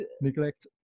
Neglect